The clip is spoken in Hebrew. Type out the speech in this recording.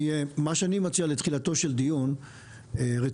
מה שאני מציע לתחילתו של דיון רציני,